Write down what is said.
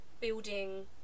building